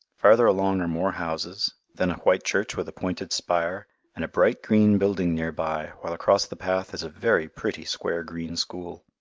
farther along are more houses then a white church with a pointed spire, and a bright-green building near by, while across the path is a very pretty square green school.